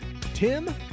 Tim